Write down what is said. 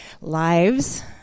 lives